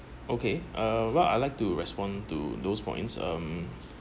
okay uh what I like to respond to those points um